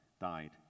died